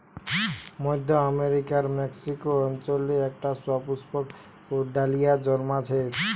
মধ্য আমেরিকার মেক্সিকো অঞ্চলে একটা সুপুষ্পক ডালিয়া জন্মাচ্ছে